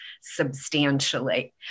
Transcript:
substantially